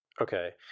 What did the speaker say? okay